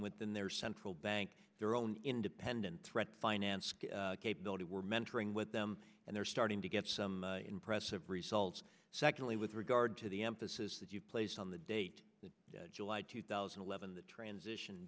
within their central bank their own independent threat financed capability we're mentoring with them and they're starting to get some impressive results secondly with regard to the emphasis that you place on the date that july two thousand and eleven the transition